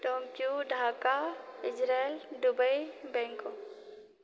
Tokyo Dhaka Israel Dubai Bangkok